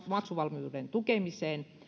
maksuvalmiuden tukemiseen